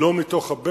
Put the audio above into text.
לא מתוך הבטן,